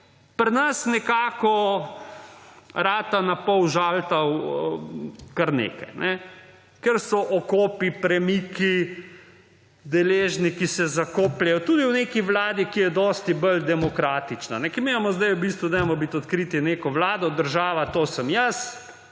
pri nas nekako postane napol žaltav; kar nekaj. Ker so okopi, premiki, deležniki se zakopljejo. Tudi v neki vladi, ki je dosti bolj demokratična. Ker mi imamo zdaj, bodimo odkriti, neko vlado: Država, to sem jaz,